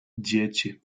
dzieci